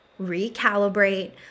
recalibrate